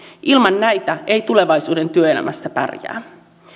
ilman näitä ei tulevaisuuden työelämässä pärjää